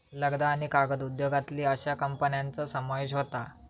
लगदा आणि कागद उद्योगातील अश्या कंपन्यांचा समावेश होता